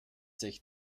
sich